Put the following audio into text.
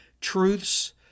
truths